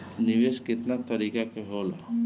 निवेस केतना तरीका के होला?